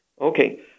Okay